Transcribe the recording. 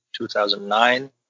2009